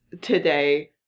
today